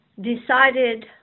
decided